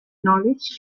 knowledge